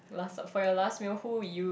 last for for your last meal who would you